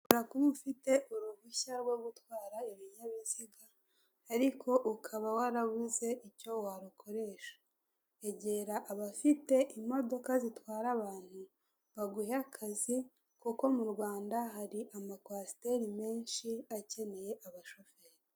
Ntakuba ufite uruhushya rwo gutwara ibinyabiziga ariko ukaba warabuze icyo wakoresha egera abafite imodoka zitwara abantu baguhaye akazi kuko mu rwanda hari amakwasiteri menshi akeneye abashoferi.